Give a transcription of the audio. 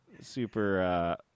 super